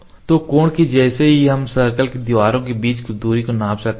तो कोण के जैसे ही हम सर्कल के दीवारों के बीच की दूरी को नाप सकते हैं